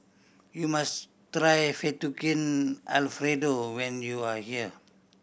you must try Fettuccine Alfredo when you are here